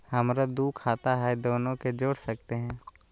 हमरा दू खाता हय, दोनो के जोड़ सकते है?